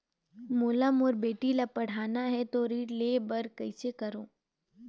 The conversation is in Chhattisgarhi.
मोला मोर बेटी ला पढ़ाना है तो ऋण ले बर कइसे करो